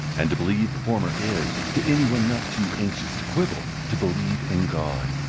and to believe the former is, to any one not too anxious to quibble, to believe in god.